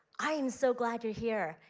i am so glad you're here.